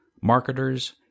marketers